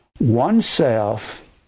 oneself